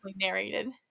narrated